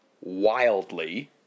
wildly